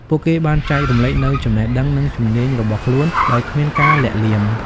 ពួកគេបានចែករំលែកនូវចំណេះដឹងនិងជំនាញរបស់ខ្លួនដោយគ្មានការលាក់លៀម។